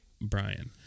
Brian